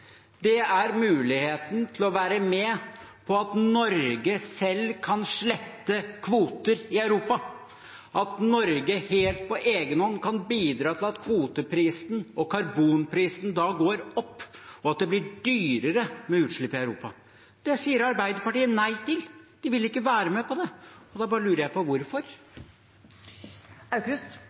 dag, er muligheten til å være med på at Norge selv kan slette kvoter i Europa, at Norge helt på egen hånd kan bidra til at kvoteprisen og karbonprisen da går opp, og at det blir dyrere med utslipp i Europa. Det sier Arbeiderpartiet nei til. De vil ikke være med på det. Da lurer jeg på hvorfor.